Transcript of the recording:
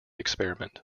experiment